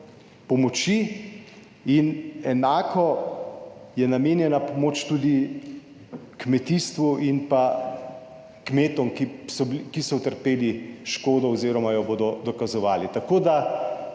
in enako je namenjena pomoč tudi kmetijstvu in pa kmetom, ki so utrpeli škodo oziroma jo bodo dokazovali.